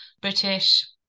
British